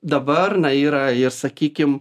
dabar na yra ir sakykim